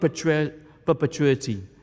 perpetuity